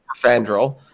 Fandral